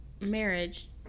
marriage